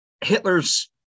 Hitler's